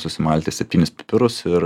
susimalti septynis pipirus ir